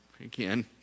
again